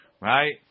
right